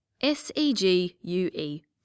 S-E-G-U-E